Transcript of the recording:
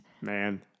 Man